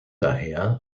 daher